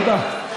תודה.